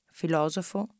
filosofo